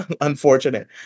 Unfortunate